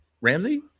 ramsey